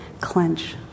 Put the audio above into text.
clench